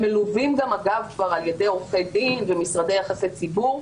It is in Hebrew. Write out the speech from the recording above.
הם מלווים גם על ידי עורכי דין ומשרדי יחסי ציבור,